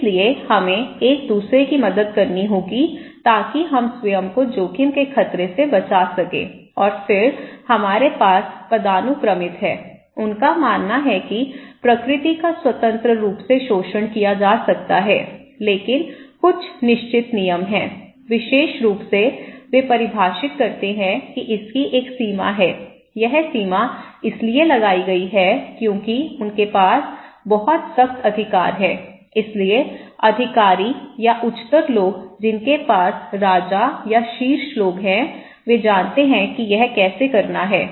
इसलिए हमें एक दूसरे की मदद करनी होगी ताकि हम स्वयं को जोखिम के खतरे से बचा सकें और फिर हमारे पास पदानुक्रमित है उनका मानना है कि प्रकृति का स्वतंत्र रूप से शोषण किया जा सकता है लेकिन कुछ निश्चित नियम हैं विशेष रूप से वे परिभाषित करते हैं कि इसकी एक सीमा है यह सीमा इसलिए लगाई गई है क्योंकि उनके पास बहुत सख्त अधिकार है इसलिए अधिकारी या उच्चतर लोग जिनके पास राजा या शीर्ष लोग हैं वे जानते हैं कि यह कैसे करना है